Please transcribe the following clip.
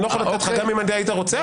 אני לא יכול לתת לך גם אם היית רוצה,